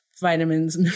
vitamins